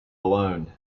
alone